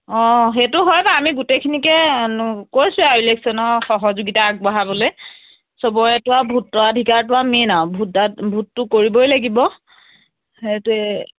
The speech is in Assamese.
অঁ সেইটো হয় বাৰু আমি গোটেইখিনিকে কৈছোঁৱে আৰু ইলেকশ্যনৰ সহযোগিতা আগবঢ়াবলৈ চবৰেতো আৰু ভোটাধিকাৰটো মেইন আৰু ভোট ভোটটো কৰিবই লাগিব সেইটোৱে